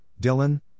Dylan